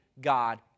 God